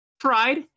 tried